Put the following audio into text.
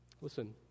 Listen